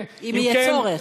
אם יהיה צורך,